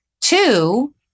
Two